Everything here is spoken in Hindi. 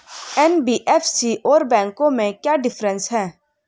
एन.बी.एफ.सी और बैंकों में क्या डिफरेंस है?